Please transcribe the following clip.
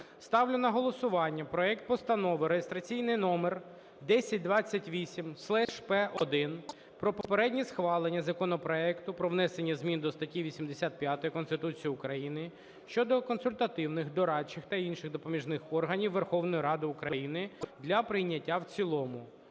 ставлю на голосування проект Постанови (реєстраційний номер 1028/П1) про попереднє схвалення законопроекту про внесення змін до статті 85 Конституції України (щодо консультативних, дорадчих та інших допоміжних органів Верховної Ради України) для прийняття в цілому.